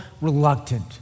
reluctant